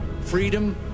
Freedom